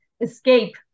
escape